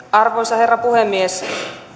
arvoisa herra puhemies